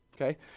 okay